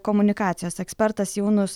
komunikacijos ekspertas jaunus